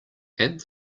add